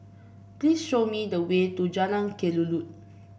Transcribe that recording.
please show me the way to Jalan Kelulut